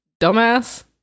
dumbass